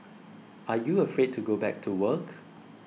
are you afraid to go back to work